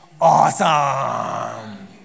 Awesome